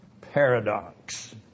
Paradox